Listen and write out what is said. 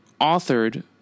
authored